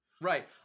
Right